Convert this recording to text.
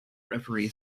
referee